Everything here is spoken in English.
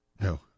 No